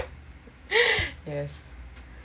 yes okay